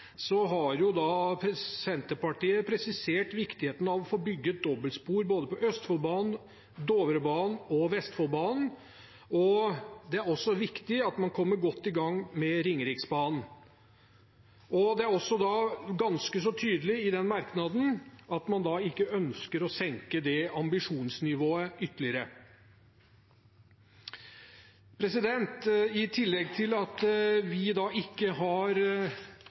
har presisert viktigheten av å få bygget dobbeltspor på både Østfoldbanen, Dovrebanen og Vestfoldbanen. Det er også viktig at man kommer godt i gang med Ringeriksbanen. Det er ganske tydelig i den merknaden at man ikke ønsker å senke det ambisjonsnivået ytterligere. I tillegg til at vi ikke har